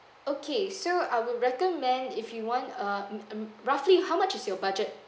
okay so I would recommend if you want a mm mm roughly how much is your budget